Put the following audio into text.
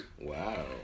Wow